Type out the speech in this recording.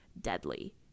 deadly